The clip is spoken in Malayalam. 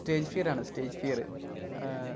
സ്റ്റേജ് ഫിയർ ആണ് സ്റ്റേജ് ഫിയറ്